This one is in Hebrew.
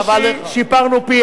בקושי שיפרנו פי-ארבעה.